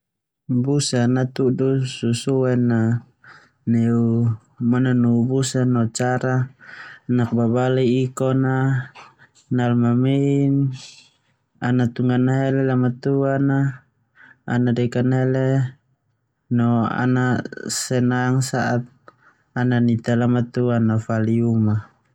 Busa natusu susuen neu manannu busa no cara nakbabale ikon, nalmamein, ana tunga nahele lamatuan a, ana deka nahele no an senang saat ana nita lamatuan a fali uma